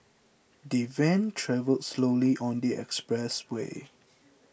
the van travelled slowly on the expressway